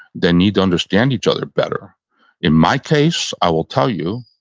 they need to understand each other better in my case, i will tell you,